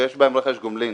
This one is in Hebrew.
ויש בהם רכש גומלין,